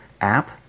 app